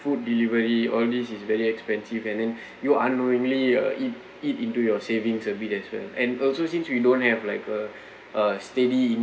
food delivery all these is very expensive and then you unknowingly uh eat eat into your savings a bit as well and also since we don't have like a a steady